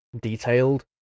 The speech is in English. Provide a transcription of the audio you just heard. detailed